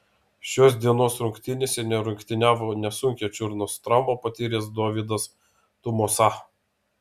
šios dienos rungtynėse nerungtyniavo nesunkią čiurnos traumą patyręs dovydas tumosa